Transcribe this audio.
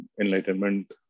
enlightenment